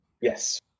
Yes